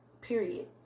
period